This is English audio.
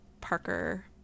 Parker